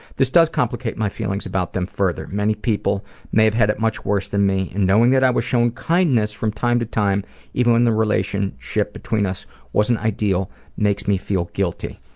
this does complicate my feelings about them further many people may have had it much worse than me, and knowing that i was shown kindness from time to time even when the relationship between us wasn't ideal makes me feel very guilty.